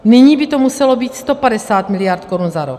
Nyní by to muselo být 150 mld. korun za rok.